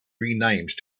renamed